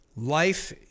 Life